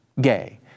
gay